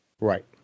Right